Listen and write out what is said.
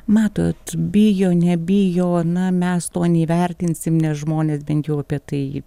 matot bijo nebijo na mes to neįvertinsim nes žmonės bent jau apie tai